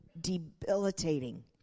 debilitating